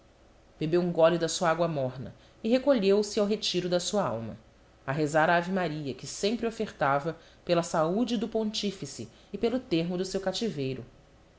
bebeu um gole da sua água morna e recolheu-se ao retiro da sua alma a rezar a ave-maria que sempre ofertava pela saúde do pontífice e pelo termo do seu cativeiro